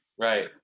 right